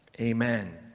Amen